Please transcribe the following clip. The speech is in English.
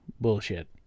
bullshit